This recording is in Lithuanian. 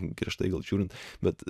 griežtai gal žiūrint bet